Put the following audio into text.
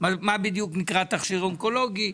מה בדיוק נקרא תכשיר אונקולוגי,